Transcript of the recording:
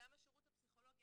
גם השירות הפסיכולוגי,